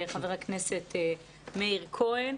חבר הכנסת מאיר כהן.